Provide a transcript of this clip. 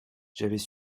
j’avais